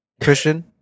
Christian